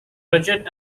rigid